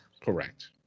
Correct